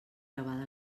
gravada